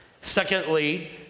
Secondly